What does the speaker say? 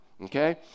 okay